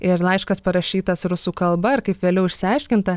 ir laiškas parašytas rusų kalba ar kaip vėliau išsiaiškinta